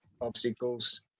obstacles